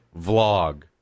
vlog